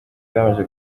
igamije